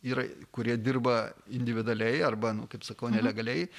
yra kurie dirba individualiai arba nu kaip sakau nelegaliai